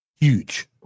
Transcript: huge